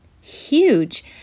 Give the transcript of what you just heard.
huge